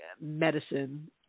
medicine